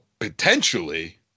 potentially